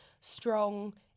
strong